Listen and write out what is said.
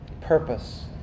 purpose